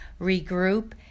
regroup